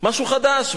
משהו חדש.